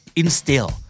instill